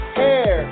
hair